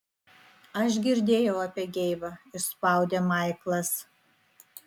aš girdėjau apie geibą išspaudė maiklas